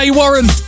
warren